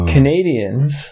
Canadians